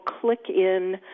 click-in